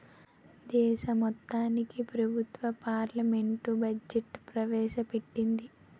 దేశం మొత్తానికి ప్రభుత్వం పార్లమెంట్లో బడ్జెట్ ప్రవేశ పెట్టింది